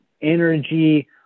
energy